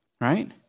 right